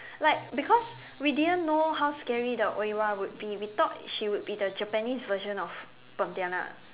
like because we didn't know how scary the Oiwa would be we thought it could be the Japanese version of pontianak